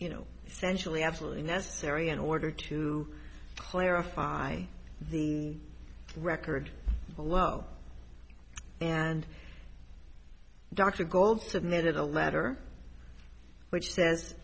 you know sensually absolutely necessary in order to clarify the record well and dr gold submitted a letter which says